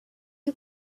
you